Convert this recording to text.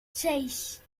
seis